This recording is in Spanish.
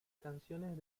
canciones